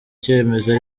cyemezo